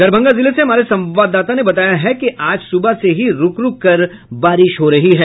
दरभंगा जिले से हमारे संवाददाता ने बताया है कि आज सुबह से ही रूक रूककर बारिश हो रही है